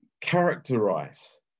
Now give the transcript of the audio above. characterize